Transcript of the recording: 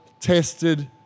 tested